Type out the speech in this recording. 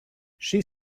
she